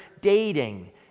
dating